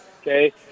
Okay